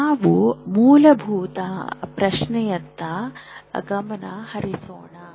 ನಾವು ಮೂಲಭೂತ ಪ್ರಶ್ನೆಯತ್ತ ಗಮನ ಹರಿಸೋಣ